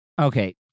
Okay